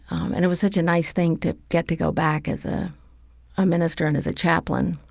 um and it was such a nice thing to get to go back as a ah minister and as a chaplain,